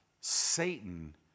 Satan